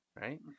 Right